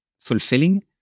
fulfilling